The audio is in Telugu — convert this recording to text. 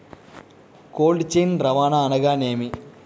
కోల్డ్ చైన్ రవాణా అనగా నేమి?